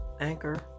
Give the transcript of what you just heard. Anchor